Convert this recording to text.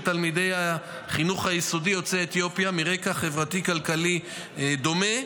תלמידי החינוך היסודי יוצאי אתיופיה מרקע חברתי-כלכלי דומה,